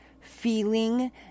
feeling